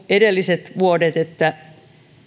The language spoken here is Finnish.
edelliset vuodet että